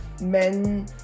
men